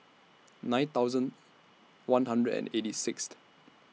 nine thousand one hundred and eighty Sixth